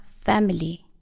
Family